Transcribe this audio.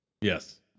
Yes